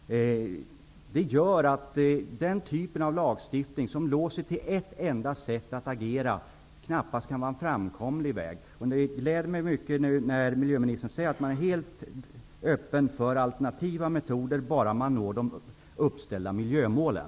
Den typen av lagstiftning som låser verksamheten till ett enda sätt att agera är knappast en framkomlig väg. Det glädjer mig mycket att miljöministern säger att man är öppen för alternativa metoder bara man når de uppställda miljömålen.